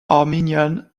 armenian